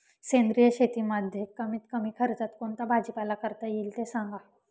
सेंद्रिय शेतीमध्ये कमीत कमी खर्चात कोणता भाजीपाला करता येईल ते सांगा